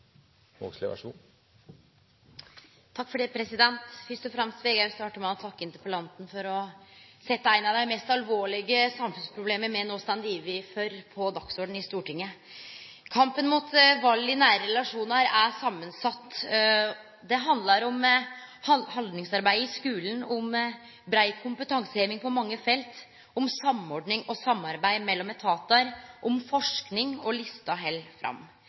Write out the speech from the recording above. helt fint. Takk for det. Fyrst og fremst vil eg òg starte med å takke interpellanten for å setje eit av dei mest alvorlege samfunnsproblema me no står overfor, på dagsordenen i Stortinget. Kampen mot vald i nære relasjonar er samansett. Det handlar om haldningsarbeid i skulen, om brei kompetanseheving på mange felt, om samordning og samarbeid mellom etatar, om forsking – og lista held fram.